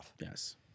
Yes